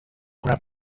grab